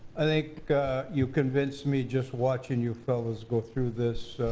i think you convinced me, just watching you fellows go through this.